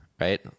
right